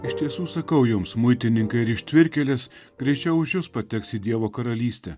iš tiesų sakau jums muitininkai ir ištvirkėlės greičiau už jus pateks į dievo karalystę